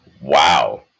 Wow